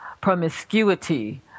promiscuity